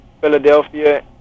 Philadelphia